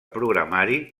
programari